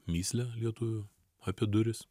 mįslę lietuvių apie duris